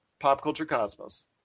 PopCultureCosmos